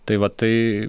tai va tai